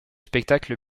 spectacles